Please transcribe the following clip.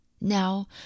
Now